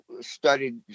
studied